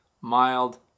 mild